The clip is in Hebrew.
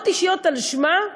הלוואות אישיות על שמה,